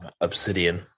Obsidian